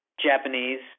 Japanese